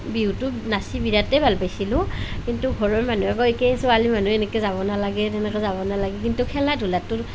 বিহুতো নাচি বিৰাটেই ভাল পাইছিলোঁ কিন্তু ঘৰৰ মানুহে কয় কি ছোৱালী মানুহে এনেকৈ যাব নেলাগে সেনেকৈ যাব নেলাগে কিন্তু খেলা ধূলাটোৰ